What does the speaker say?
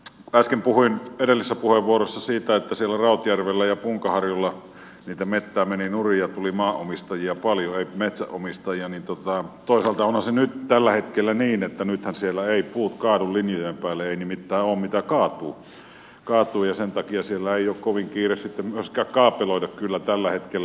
mutta äsken puhuin edellisessä puheenvuorossa siitä että siellä rautjärvellä ja punkaharjulla sitä metsää meni nurin ja tuli maanomistajia paljon eikä metsänomistajia niin toisaalta onhan se nyt tällä hetkellä niin että nythän siellä eivät puut kaadu linjojen päälle ei nimittäin ole mitä kaatua ja sen takia siellä ei kyllä ole kovin kiire myöskään kaapeloida tällä hetkellä